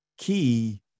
key